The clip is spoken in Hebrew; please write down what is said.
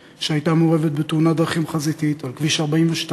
נהרגה צעירה בת 25 שהייתה מעורבת בתאונת דרכים חזיתית על כביש 42,